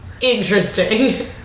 Interesting